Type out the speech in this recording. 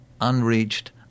unreached